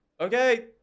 okay